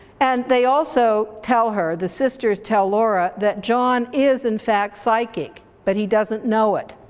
and they also tell her, the sisters tell laura that john is in fact psychic, but he doesn't know it,